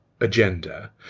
agenda